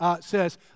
says